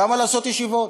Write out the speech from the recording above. למה לעשות ישיבות?